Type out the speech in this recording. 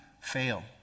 fail